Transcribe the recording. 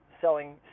selling